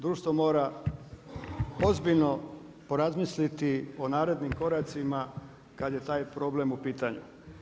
Društvo mora ozbiljno porazmisliti o narednim koracima kada je taj problemu u pitanju.